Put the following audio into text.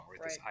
right